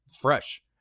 fresh